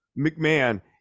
McMahon